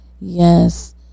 Yes